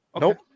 Nope